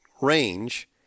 range